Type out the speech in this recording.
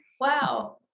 Wow